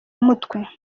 mutwe